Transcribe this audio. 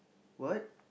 what